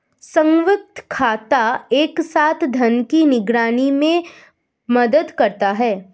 संयुक्त खाता एक साथ धन की निगरानी में मदद करता है